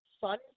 fun